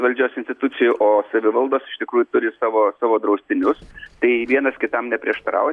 valdžios institucijų o savivaldos iš tikrųjų turi savo savo draustinius tai vienas kitam neprieštarauja